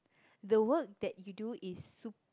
the work that you do is sup~